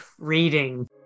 reading